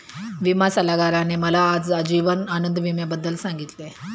विमा सल्लागाराने मला आज जीवन आनंद विम्याबद्दल सांगितले